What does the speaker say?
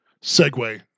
segue